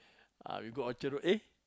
ah we go Orchard-Road !eh!